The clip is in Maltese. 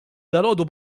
dalgħodu